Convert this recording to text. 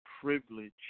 privilege